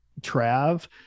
trav